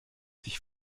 sich